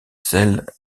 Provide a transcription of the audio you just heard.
celle